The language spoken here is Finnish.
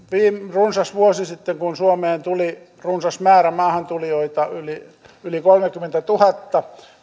runsas vuosi sitten kun suomeen tuli runsas määrä maahantulijoita yli yli kolmekymmentätuhatta